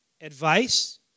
Advice